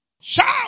Shout